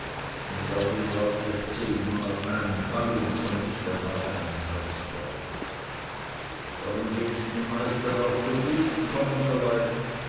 und darum glaubt ihr zehnmal einem halunk und nicht einmal einem meister darum gehts den meisten auch so gut und kommen so weit